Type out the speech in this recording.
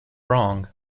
wrong